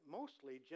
mostly